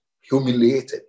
humiliated